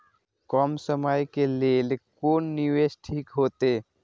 कम समय के लेल कोन निवेश ठीक होते?